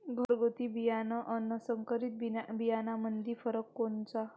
घरगुती बियाणे अन संकरीत बियाणामंदी फरक कोनचा?